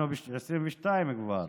אנחנו כבר ב-2022,